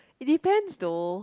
it depends though